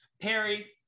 Perry